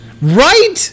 Right